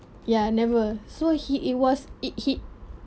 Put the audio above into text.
ya never so he it was it hit